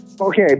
Okay